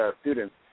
students